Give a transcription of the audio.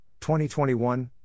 2021